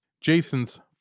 Jason's